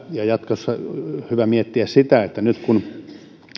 ja jatkossa on hyvä miettiä sitä että nyt kun